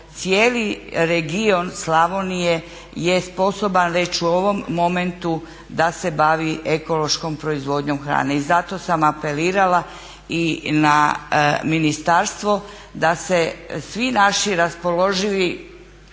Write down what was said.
cijeli region Slavonije je sposoban već u ovom momentu da se bavi ekološkom proizvodnjom hrane i zato sam apelirala i na ministarstvo da se svi naši raspoloživi